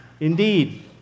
Indeed